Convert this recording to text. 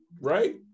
Right